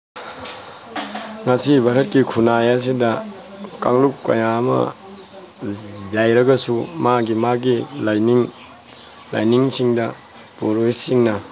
ꯉꯁꯤ ꯚꯥꯔꯠꯀꯤ ꯈꯨꯟꯅꯥꯏ ꯑꯁꯤꯗ ꯀꯥꯡꯂꯨꯞ ꯀꯌꯥ ꯑꯃ ꯂꯩꯔꯒꯁꯨ ꯃꯥꯒꯤ ꯃꯥꯒꯤ ꯂꯥꯏꯅꯤꯡ ꯂꯥꯏꯅꯤꯡꯁꯤꯡꯗ ꯄꯨꯔꯨꯏꯁꯁꯤꯡꯅ